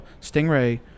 stingray